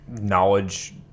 knowledge